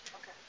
Okay